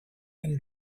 can